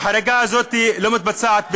החריגה הזאת לא מתבצעת בכלל,